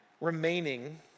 remaining